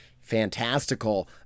fantastical